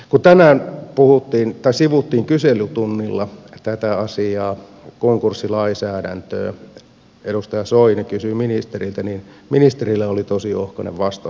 kun tänään sivuttiin kyselytunnilla tätä asiaa konkurssilainsäädäntöä ja edustaja soini kysyi tästä ministeriltä niin ministerillä oli tosi ohkainen vastaus